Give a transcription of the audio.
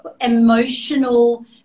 emotional